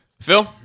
Phil